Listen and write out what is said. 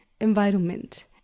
environment